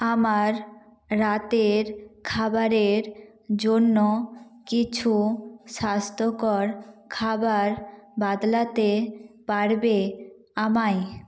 আমার রাতের খাবারের জন্য কিছু স্বাস্থ্যকর খাবার বাতলাতে পারবে আমায়